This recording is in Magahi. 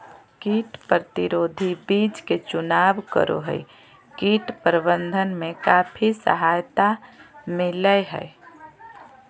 कीट प्रतिरोधी बीज के चुनाव करो हइ, कीट प्रबंधन में काफी सहायता मिलैय हइ